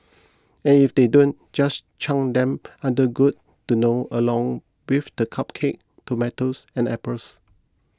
and if they don't just chuck them under good to know along with the cupcake tomatoes and apples